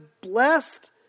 blessed